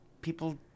people